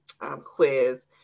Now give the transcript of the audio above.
quiz